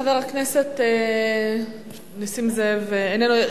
חבר הכנסת נסים זאב, איננו.